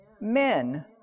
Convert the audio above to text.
Men